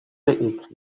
réécrire